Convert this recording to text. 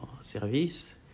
service